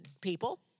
people